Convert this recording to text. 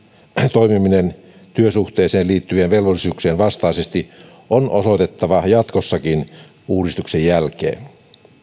toimiminen työsuhteeseen liittyvien velvollisuuksien vastaisesti on osoitettava jatkossakin uudistuksen jälkeen